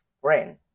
friend